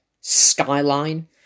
skyline